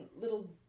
little